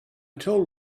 told